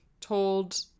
told